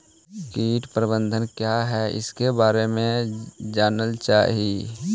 कीट प्रबनदक क्या है ईसके बारे मे जनल चाहेली?